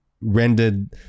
rendered